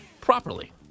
properly